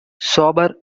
sober